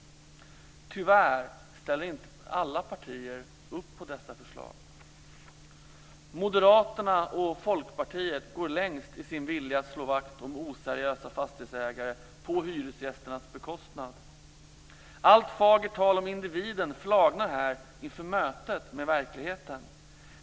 Tyvärr ställer inte alla partier upp på dessa förslag. Moderaterna och Folkpartiet går längst i sin vilja att slå vakt om oseriösa fastighetsägare på hyresgästernas bekostnad. Allt fagert tal om individen flagnar här inför mötet med verkligheten.